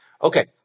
Okay